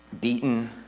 beaten